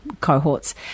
cohorts